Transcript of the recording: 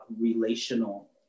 relational